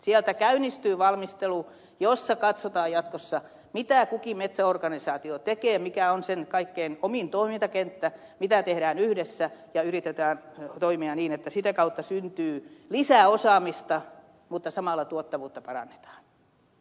siellä käynnistyy valmistelu jossa katsotaan jatkossa mitä kukin metsäorganisaatio tekee mikä on sen kaikkein omin toimintakenttä mitä tehdään yhdessä ja yritetään toimia niin että sitä kautta syntyy lisää osaamista mutta samalla tuottavuutta parannetaan